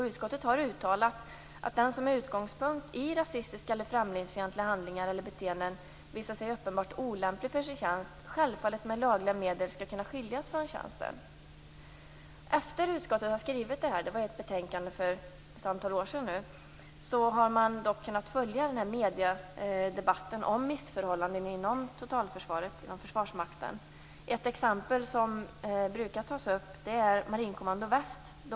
Utskottet har uttalat att den som med utgångspunkt i rasistiska eller främlingsfientliga handlingar eller beteenden visar sig uppenbart olämplig för sin tjänst självfallet med lagliga medel skall kunna skiljas från tjänsten. Utskottet skrev det här i ett betänkande för ett antal år sedan. Efter det har vi kunnat följa debatten i medierna om missförhållanden inom totalförsvaret och Försvarsmakten. Ett exempel som brukar tas upp är Marinkommando Väst.